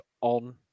on